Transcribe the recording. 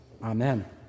Amen